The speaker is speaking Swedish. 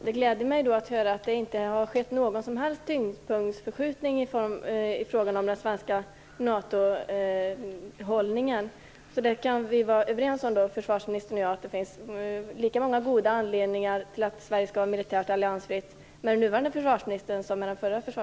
Fru talman! Det gläder mig att höra att det inte har skett någon som helst tyngdpunktsförskjutning i fråga om den svenska NATO-hållningen. Försvarsministern och jag kan vara överens om att det finns lika många goda anledningar till att Sverige skall vara militärt alliansfritt med den nuvarande försvarsministern som med den förra.